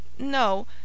No